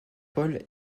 paul